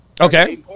Okay